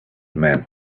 man